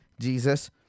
Jesus